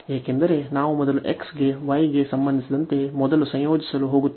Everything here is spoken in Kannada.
ಏಕೆಂದರೆ ನಾವು ಮೊದಲು x ಗೆ y ಗೆ ಸಂಬಂಧಿಸಿದಂತೆ ಮೊದಲು ಸಂಯೋಜಿಸಲು ಹೋಗುತ್ತೇವೆ